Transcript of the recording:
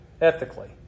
ethically